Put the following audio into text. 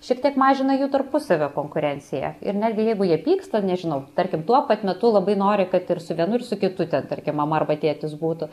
šiek tiek mažina jų tarpusavio konkurenciją ir netgi jeigu jie pyksta nežinau tarkim tuo pat metu labai nori kad ir su vienu ir su kitu ten tarkim mama arba tėtis būtų